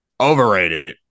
Overrated